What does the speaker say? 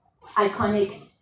iconic